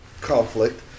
conflict